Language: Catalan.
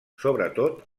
sobretot